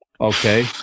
Okay